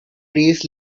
trays